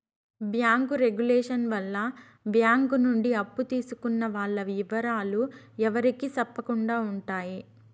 bank regulation వల్ల bank నుండి అప్పు తీసుకున్న వాల్ల ఇవరాలు ఎవరికి సెప్పకుండా ఉంటాయి